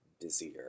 busier